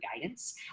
guidance